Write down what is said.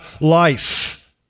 life